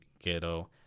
Ghetto